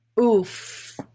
Oof